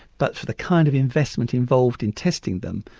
but for the kind of investment involved in testing them,